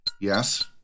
Yes